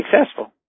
successful